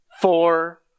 four